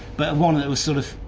but one that was sort of,